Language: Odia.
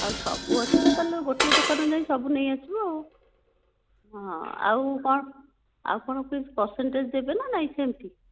ଆଉ ସବୁ ଅଛିତ ତାହେଲେ ଗୋଟିଏ ଦୋକାନକୁ ଯାଇ ସବୁ ନେଇଆସିବୁ ଆଉ ହଁ ଆଉ କ'ଣ ଆଉ କ'ଣ କିଛି ପର୍ସେନଟେଜ ଦେବେନା ନାହିଁ ସେମତି